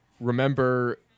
remember